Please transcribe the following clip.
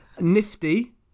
Nifty